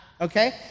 okay